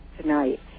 tonight